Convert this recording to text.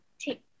take